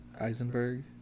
eisenberg